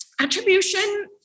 Attribution